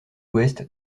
ouest